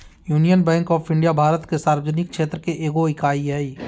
union Bank of India भारत के सार्वजनिक क्षेत्र के एगो इकाई हइ